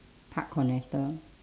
park connector